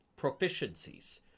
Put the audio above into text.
proficiencies